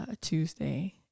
Tuesday